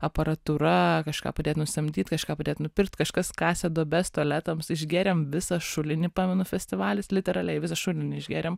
aparatūra kažką padėt nusamdyt kažką padėt nupirkt kažkas kasė duobes tualetams išgėrėm visą šulinį pamenu festivalis literaliai visą šulinį išgėrėm